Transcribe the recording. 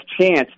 chance